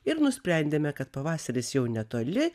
ir nusprendėme kad pavasaris jau netoli